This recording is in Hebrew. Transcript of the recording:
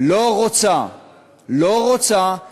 לא רוצה שהחרדים